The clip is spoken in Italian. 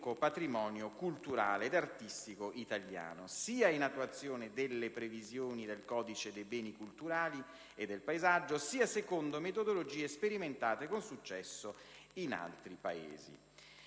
patrimonio culturale ed artistico italiano, sia in attuazione delle previsioni del codice dei beni culturali e del paesaggio, sia secondo metodologie sperimentate con successo in altri Paesi.